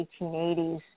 1880s